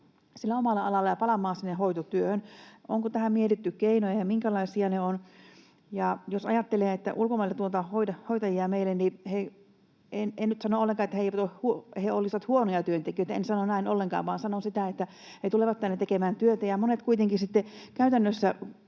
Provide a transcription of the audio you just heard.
omalla alallaan ja palaamaan sinne hoitotyöhön? Onko tähän mietitty keinoja, ja minkälaisia ne ovat? Ja jos ajattelee, että ulkomailta tuodaan hoitajia meille, niin en nyt sano ollenkaan, että he olisivat huonoja työntekijöitä, en sano näin ollenkaan, vaan sanon sitä, että he tulevat tänne tekemään työtä, ja monille kuitenkin sitten käytännössä